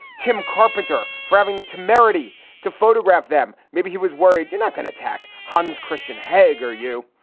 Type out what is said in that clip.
tim carpenter, for having the temerity to photograph them. maybe he was worried. you're not going to attack hun's christian haeg, are you?